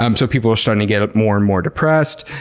um so people are starting to get more and more depressed,